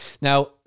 Now